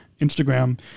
Instagram